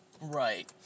right